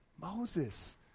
Moses